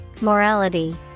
Morality